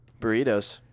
burritos